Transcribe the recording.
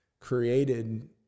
created